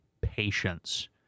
patience